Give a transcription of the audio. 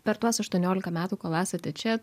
per tuos aštuoniolika metų kol esate čia